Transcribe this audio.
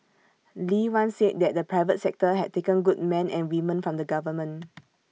lee once said that the private sector had taken good men and women from the government